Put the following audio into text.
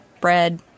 bread